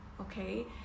okay